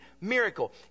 miracle